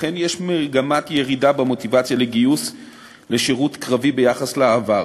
אכן יש מגמת ירידה במוטיבציה לגיוס לשירות קרבי ביחס לעבר.